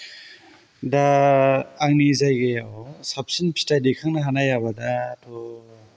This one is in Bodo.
दा आंनि जायगायाव साबसिन फिथाइ दैखांनो हानाय आबादाथ'